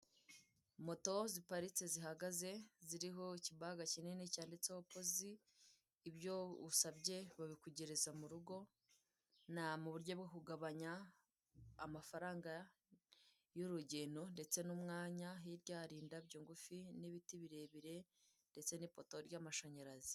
Moto ziparitse zihagaze ziriho iki baga kinini cyanditseho pozi, ibyo usabye babikugereza mu rugo mu buryo bwo kugabanya amafaranga y'urugendo ndetse n'umwanya. Hirya hari indabyo ngufi n'ibiti birebire ndetse n'ipoto ry'amashanyarazi.